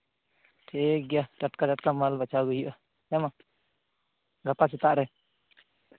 ᱴᱷᱤᱠᱜᱮᱭᱟ ᱴᱟᱴᱠᱟᱼᱴᱟᱴᱠᱟ ᱢᱟᱞ ᱵᱟᱪᱷᱟᱣ ᱟᱹᱜᱩᱭ ᱦᱩᱭᱩᱜᱼᱟ ᱦᱮᱸᱢᱟ ᱜᱟᱯᱟ ᱥᱮᱛᱟᱜ ᱨᱮ